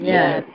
Yes